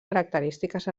característiques